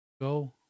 Go